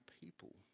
people